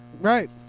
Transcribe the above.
Right